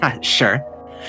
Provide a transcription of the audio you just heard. Sure